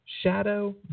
Shadow